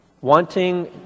wanting